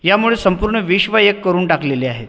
यामुळे संपूर्ण विश्व एक करून टाकलेले आहेत